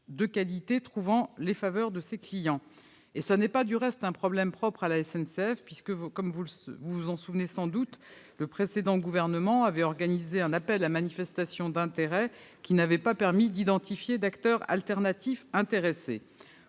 de qualité ayant les faveurs de ses clients. Cela n'est pas, du reste, un problème propre à la SNCF puisque, vous vous en souvenez sans doute, le précédent gouvernement avait organisé un appel à manifestation d'intérêt qui n'avait pas permis d'identifier d'acteur alternatif intéressé.